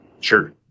Sure